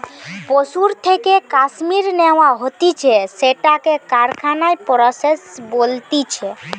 পশুর থেকে কাশ্মীর ন্যাওয়া হতিছে সেটাকে কারখানায় প্রসেস বলতিছে